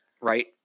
right